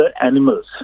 animals